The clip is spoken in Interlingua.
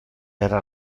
era